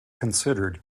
considered